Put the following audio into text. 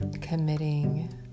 committing